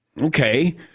Okay